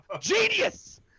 Genius